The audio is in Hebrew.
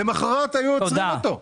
למוחרת היו עוצרים אותו .